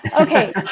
Okay